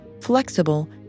flexible